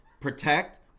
protect